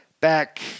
back –